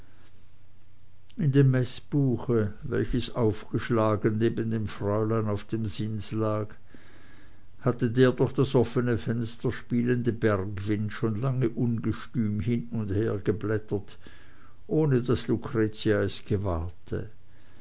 in dem meßbuche welches aufgeschlagen neben dem fräulein auf dem sims lag hatte der durch das offene fenster spielende bergwind schon lange ungestüm hin und her geblättert ohne daß lucretia es gewahrte